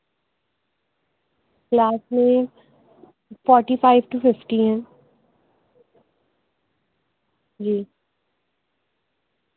class میں forty five to fifty ہیں جی